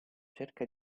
cerca